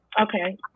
okay